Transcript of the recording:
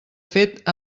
fet